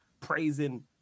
praising